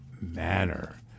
manner